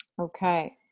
Okay